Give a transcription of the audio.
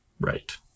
Right